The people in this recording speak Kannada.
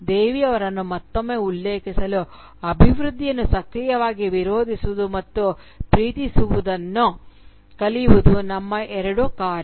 ದೇವಿ ಅವರನ್ನು ಮತ್ತೊಮ್ಮೆ ಉಲ್ಲೇಖಿಸಲು ಅಭಿವೃದ್ಧಿಯನ್ನು ಸಕ್ರಿಯವಾಗಿ ವಿರೋಧಿಸುವುದು ಮತ್ತು ಪ್ರೀತಿಸುವುದನ್ನು ಕಲಿಯುವುದು ನಮ್ಮ ಎರಡು ಕಾರ್ಯ